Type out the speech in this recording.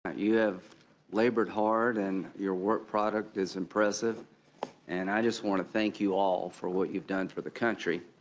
you have labored hard and your work product is impressive and i just want to thank you all for what you've done for the country.